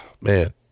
man